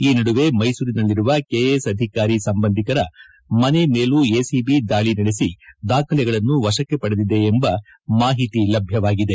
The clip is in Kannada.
ಈ ನಡುವೆ ಮೈಸೂರಿನಲ್ಲಿರುವ ಕೆಎಎಸ್ ಅಧಿಕಾರಿ ಸಂಬಂಧಿಕರ ಮನೆ ಮೇಲೂ ಎಸಿಐ ದಾಳಿ ನಡೆಸಿ ದಾಖಲೆಗಳನ್ನ ವಶಕ್ಕೆ ಪಡೆದಿದೆ ಎಂಬ ಮಾಹಿತಿ ಲಭ್ಯವಾಗಿದೆ